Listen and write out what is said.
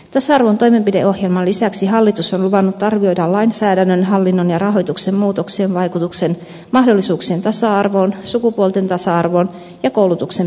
tasa arvon toimenpideohjelman lisäksi hallitus on luvannut arvioida lainsäädännön hallinnon ja rahoituksen muutoksien vaikutuksen mahdollisuuksia tasa arvoon sukupuolten tasa arvoon ja koulutuksen periytymiseen